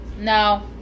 No